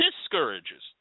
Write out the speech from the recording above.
discourages